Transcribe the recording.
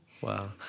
Wow